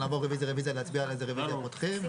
אנחנו נעבור רביזיה רביזיה ונצביע על איזה רביזיה אנחנו מאשרים,